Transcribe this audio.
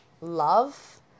love